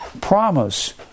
promise